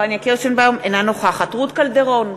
אינה נוכחת רות קלדרון,